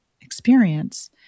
experience